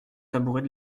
tabouret